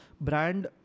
brand